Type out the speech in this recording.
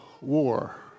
war